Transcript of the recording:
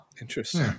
interesting